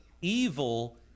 Evil